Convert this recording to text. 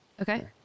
Okay